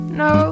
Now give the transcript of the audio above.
no